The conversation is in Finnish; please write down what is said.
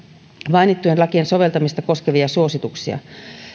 mainittujen lakien soveltamista koskevia suosituksia